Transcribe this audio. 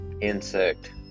insect